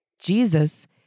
Jesus